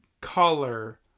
color